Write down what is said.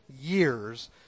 years